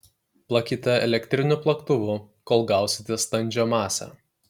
plakite elektriniu plaktuvu kol gausite standžią masę